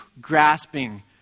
grasping